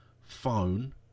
phone